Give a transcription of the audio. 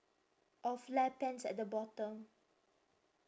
or flare pants at the bottom